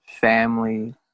family